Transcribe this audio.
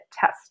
test